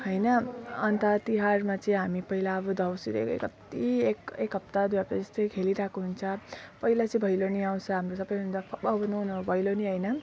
होइन अन्त तिहारमा चाहिँ हामी पहिला अब देउसुरे कति एक एक हप्ता दुई हप्ता जस्तै खेलिरहेको हुन्छ पहिला चाहिँ भैलेनी आउँछ हाम्रो सबभन्दा भैलेनी होइन